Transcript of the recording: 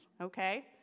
okay